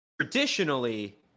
traditionally